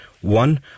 One